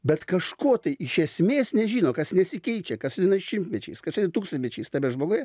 bet kažko tai iš esmės nežino kas nesikeičia kas eina šimtmečiais tūkstantmečiais tame žmoguje